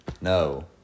No